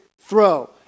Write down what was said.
throw